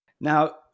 Now